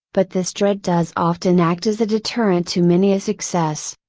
but this dread does often act as a deterrent to many a success.